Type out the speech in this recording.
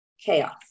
chaos